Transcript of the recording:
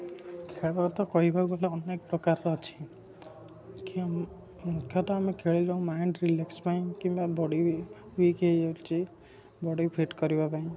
ଖେଳ ଅର୍ଥ କହିବାକୁ ଗଲେ ଅନେକ ପ୍ରକାରର ଅଛି ମୁଖ୍ୟ ମୁଖ୍ୟତଃ ଆମେ ଖେଳିବାକୁ ଯାଉ ମାଇଣ୍ଡ୍ ରିଲାକ୍ସ୍ ପାଇଁ କିମ୍ବା ବଡ଼ି ଉଇକ୍ ହେଇଯାଉଛି ବଡ଼ିକି ଫିଟ୍ କରିବା ପାଇଁ